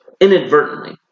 inadvertently